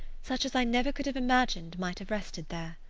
such as i never could have imagined might have rested there.